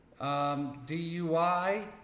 DUI